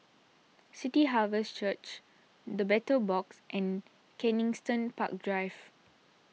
City Harvest Church the Battle Box and Kensington Park Drive